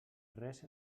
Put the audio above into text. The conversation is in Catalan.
res